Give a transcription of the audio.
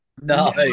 no